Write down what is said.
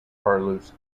carlos